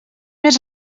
més